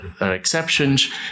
exceptions